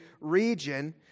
region